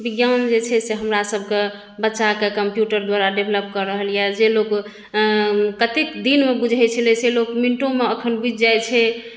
विज्ञान जेछै से हमरा सभके बच्चा सभके कम्प्यूटरके द्वारा डेवलप कऽ रहल यऽ जे लोक कतेक दिनमे बूझै छलै से लोक मिनटोमे अखैन बुझि जाइ छै